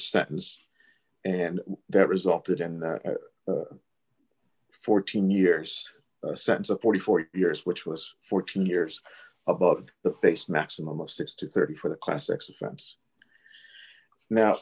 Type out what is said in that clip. sentence and that resulted in the fourteen years sense of forty four years which was fourteen years of the face maximum of six to thirty for the classics offense now